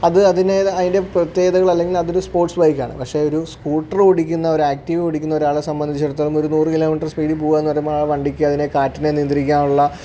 അത് അതിൻ്റേതായ അതിൻ്റെ പ്രത്യേകതകൾ അല്ലങ്കിൽ അതൊരു സ്പോർട്സ് ബൈക്ക് ആണ് പക്ഷെ ഒരു സ്കൂട്ടറ് ഓടിക്കുന്ന ഒരു ആക്ടിവ ഓടിക്കുന്ന ഒരാളെ സംബന്ധിച്ചിടത്തോളം ഒരു നൂറു കിലോമീറ്റർ സ്പീഡിൽ പോവുകയെന്ന് പറയുമ്പോൾ ആ വണ്ടിക്ക് അതിനെ കാറ്റിനെ നിയന്ത്രിക്കാനുള്ള